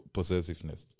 Possessiveness